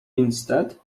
instead